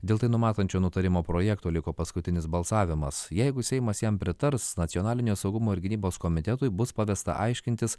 dėl tai numatančio nutarimo projekto liko paskutinis balsavimas jeigu seimas jam pritars nacionalinio saugumo ir gynybos komitetui bus pavesta aiškintis